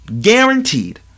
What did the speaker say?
Guaranteed